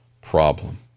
problem